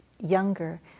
younger